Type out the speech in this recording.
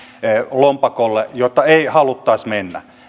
lompakolle joiden lompakolle ei haluttaisi mennä